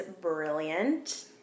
brilliant